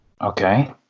Okay